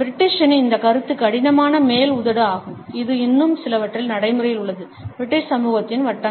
பிரிட்டிஷின் இந்த கருத்து கடினமான மேல் உதடு ஆகும் இது இன்னும் சிலவற்றில் நடைமுறையில் உள்ளது பிரிட்டிஷ் சமூகத்தின் வட்டங்கள்